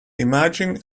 imagined